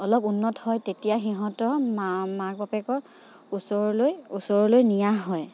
অলপ উন্নত হয় তেতিয়া সিহঁতৰ মাক বাপেকৰ ওচৰলৈ নিয়া হয়